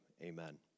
Amen